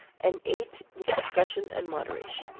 and ate with discretion and moderation.